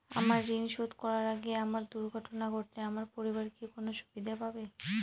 আমার ঋণ শোধ করার আগে আমার দুর্ঘটনা ঘটলে আমার পরিবার কি কোনো সুবিধে পাবে?